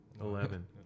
eleven